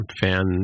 fan